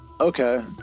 Okay